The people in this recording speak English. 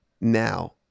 Now